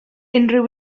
unrhyw